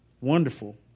Wonderful